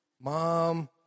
mom